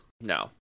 No